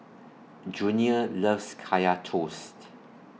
Junior loves Kaya Toast